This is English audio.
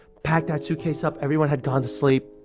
packed that suitcase up, everyone had gone to sleep.